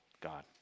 God